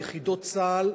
ביחידות צה"ל,